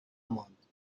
ماند